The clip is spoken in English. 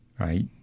right